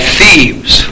thieves